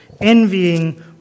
envying